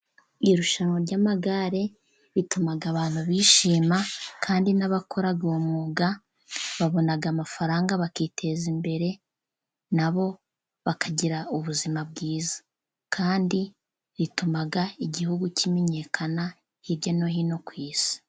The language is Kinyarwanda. Irushanwa ry'amagare rituma abantu bishima, kandi n'abakora uwo mwuga babona amafaranga bakiteza imbere, nabo bakagira ubuzima bwiza, kandi rituma igihugu kimenyekana hirya no hino ku isi.